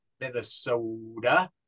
Minnesota